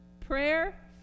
Prayer